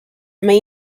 may